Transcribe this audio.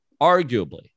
arguably